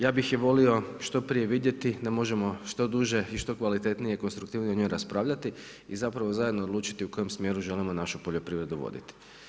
Ja bih i volio što prije vidjeti da možemo što duže i što kvalitetnije i konstruktivnije o njoj raspravljati i zapravo zajedno odlučiti o kojem smjeru želimo našu poljoprivredu voditi.